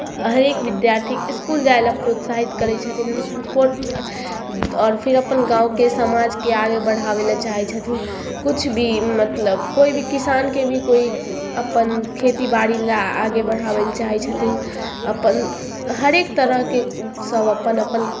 हरेक बिद्यार्थी इसकुल जाइ लए प्रोत्साहित करय छथिन स्पोर्ट आओर फिर अपन गाँवके समाजके आगे बढ़ाबै लए चाहै छथिन किछु भी मतलब कोइ भी किसानके भी कोइ अपन खेतीबाड़ी या आगे बढ़ाबै लए चाहै छथिन अपन हरेक तरहके सब अपन अपन